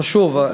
זה חשוב,